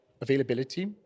availability